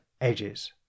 edges